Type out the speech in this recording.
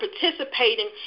participating